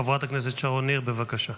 חברת הכנסת שרון ניר, בבקשה.